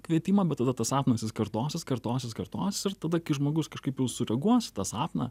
kvietimą bet tada tas sapnas kartosis kartosis kartosis ir tada kai žmogus kažkaip jau sureaguos į tą sapną